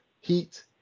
Heat